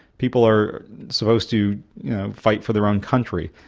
people are supposed to fight for their own country,